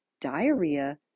diarrhea